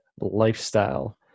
lifestyle